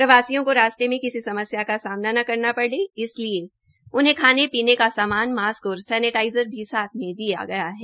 प्रवासियों को रास्ते मे किसी समस्या का सामना न करना पड़े इसलिए उन्हें खाने पीने का सामान मास्क और सैनेटाइज़र भी साथ दिया गया है